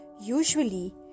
Usually